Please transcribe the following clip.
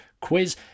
quiz